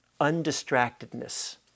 undistractedness